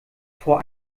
vor